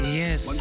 yes